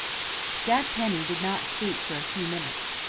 jack penny did not speak for a few minutes,